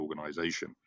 organization